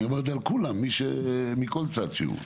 ואני אומר את זה על כולם, מכל צד שהוא.